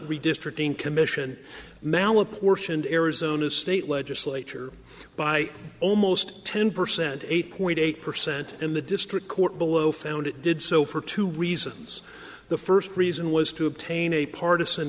redistricting commission malle apportioned arizona state legislature by almost ten percent eight point eight percent in the district court below found it did so for two reasons the first reason was to obtain a parti